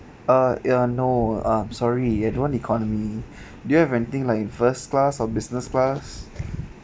err ya no uh sorry I don't economy do you have anything like in first class or business class